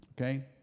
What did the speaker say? okay